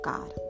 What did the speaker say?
God